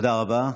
תודה רבה.